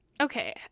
Okay